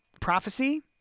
prophecy